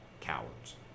cowards